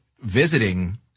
visiting